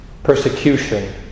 persecution